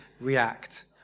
react